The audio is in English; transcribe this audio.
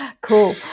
cool